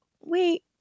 wait